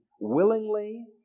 willingly